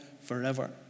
forever